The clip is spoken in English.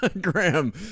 Graham